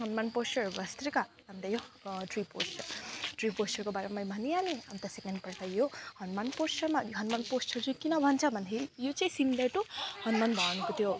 Hanuman posture भस्त्रिका अन्त यो ट्री पोस्चर ट्री पोस्चरको बारेमा मैले भनिहालेँ अन्त सेकेन्ड पोस्चर यो हनुमान पोस्चरमा अनि हनुमान पोस्चर चाहिँ किन भन्छ भन्दाखेरि यो चाहिँ सिमिलर टू हनुमान भगवान्को त्यो